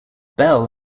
bell